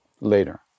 later